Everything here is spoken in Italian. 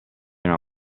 una